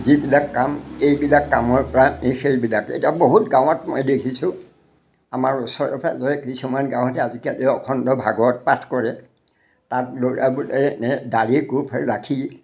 যিবিলাক কাম এইবিলাক কামৰ পৰা নি সেইবিলাক এতিয়া বহুত গাঁৱত মই দেখিছোঁ আমাৰ ওচৰতে মই কিছুমান গাঁৱতে আজিকালি অখণ্ড ভাগৱত পাঠ কৰে তাত ল'ৰাবোৰে এনে দাঢ়ি গোফ ৰাখি